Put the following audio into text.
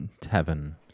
tavern